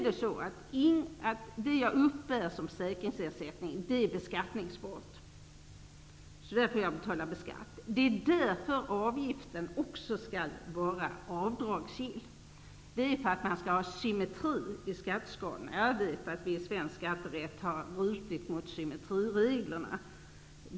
Det som jag uppbär i försäkringsersättning är beskattningsbart. Det är därför som avgiften också skall vara avdragsgill. Man skall ha symmetri i skatteskalorna. Jag vet att vi i svensk skatterätt har brutit mot symmetrireglerna.